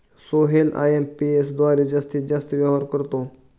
Sohail IMPS द्वारे जास्तीत जास्त व्यवहार करतो